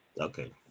Okay